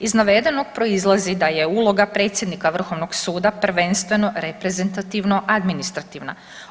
Iz navedenog proizlazi da je uloga predsjednika Vrhovnog suda prvenstveno reprezentativno administrativna.